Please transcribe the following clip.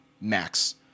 Max